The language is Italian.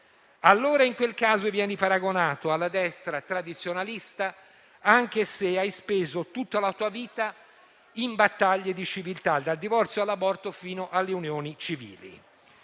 senatore Bressa - vieni paragonato alla destra tradizionalista, anche se hai speso tutta la tua vita in battaglie di civiltà, dal divorzio all'aborto fino alle unioni civili.